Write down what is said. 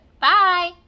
Bye